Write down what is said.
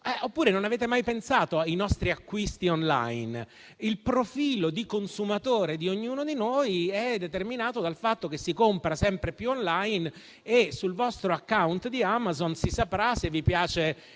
Oppure, non avete mai pensato ai nostri acquisti *online*? Il profilo come consumatore di ognuno di noi è determinato dal fatto che si compra sempre più *online* e sul vostro *account* di Amazon si saprà se vi piace